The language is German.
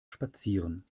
spazieren